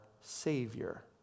Savior